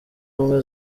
ubumwe